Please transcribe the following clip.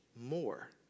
more